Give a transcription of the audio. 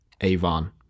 Avon